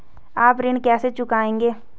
आप ऋण कैसे चुकाएंगे?